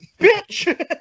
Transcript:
bitch